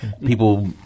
People